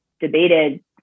debated